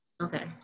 Okay